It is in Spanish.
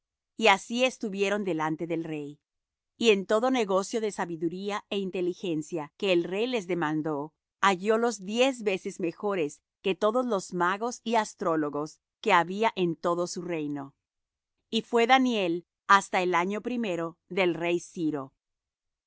y así estuvieron delante del rey y en todo negocio de sabiduría é inteligencia que el rey les demandó hallólos diez veces mejores que todos los magos y astrólogos que había en todo su reino y fué daniel hasta el año primero del rey ciro y en el